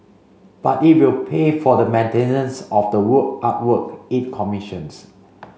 but it will pay for the maintenance of the work artwork it commissions